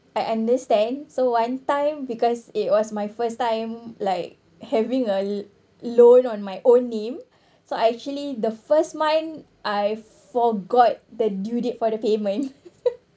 I understand so one time because it was my first time like having a loan on my own name so actually the first time I forgot the due date for the payment